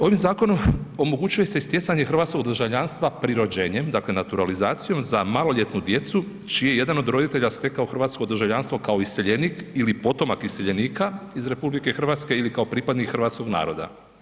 Ovim zakonom omogućuje se i stjecanje hrvatskog državljanstva prirođenjem dakle naturalizacijom za maloljetnu djecu čiji je jedan od roditelja stekao hrvatsko državljanstvo kao iseljenik ili potomak iseljenika iz RH ili kao pripadnih hrvatskog naroda.